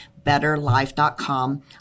betterlife.com